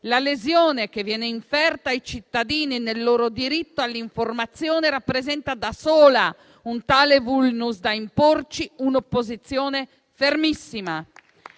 La lesione che viene inferta ai cittadini nel loro diritto all'informazione rappresenta da sola un tale *vulnus* da imporci un'opposizione fermissima.